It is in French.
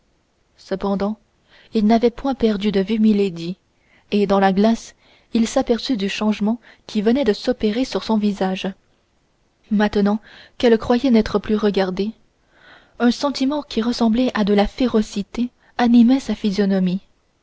cependant il n'avait point perdu de vue milady et dans la glace il s'aperçut du changement qui venait de s'opérer sur son visage maintenant qu'elle croyait n'être plus regardée un sentiment qui ressemblait à de la férocité animait sa physionomie